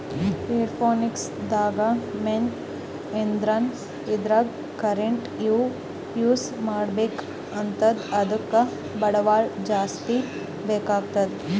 aeroponics ದಾಗ್ main ಏನಂದ್ರ ಇದ್ರಾಗ್ ಕರೆಂಟ್ ಯೂಸ್ ಮಾಡ್ಬೇಕ್ ಆತದ್ ಅದಕ್ಕ್ ಬಂಡವಾಳ್ ಜಾಸ್ತಿ ಬೇಕಾತದ್